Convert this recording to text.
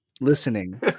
listening